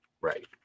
Right